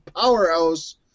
powerhouse